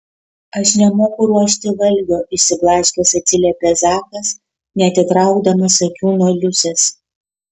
aš nemoku ruošti valgio išsiblaškęs atsiliepė zakas neatitraukdamas akių nuo liusės